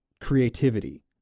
creativity